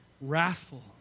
wrathful